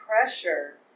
pressure